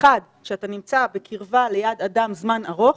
הדבר הראשון, שאתה נמצא בקרבה ליד אדם זמן ארוך.